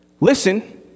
Listen